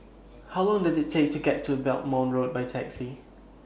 How Long Does IT Take to get to Belmont Road By Taxi